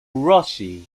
rossi